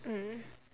mm